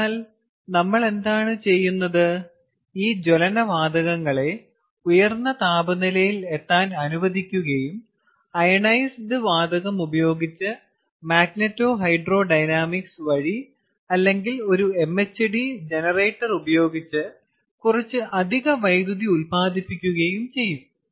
അതിനാൽ നമ്മൾ എന്താണ് ചെയ്യുന്നത് ഈ ജ്വലന വാതകങ്ങളെ ഉയർന്ന താപനിലയിൽ എത്താൻ അനുവദിക്കുകയും അയോണൈസ്ഡ് വാതകം ഉപയോഗിച്ച് മാഗ്നെറ്റോഹൈഡ്രോഡൈനാമിക്സ് വഴി അല്ലെങ്കിൽ ഒരു MHD ജനറേറ്റർ ഉപയോഗിച്ച് കുറച്ച് അധിക വൈദ്യുതി ഉത്പാദിപ്പിക്കുകയും ചെയ്യും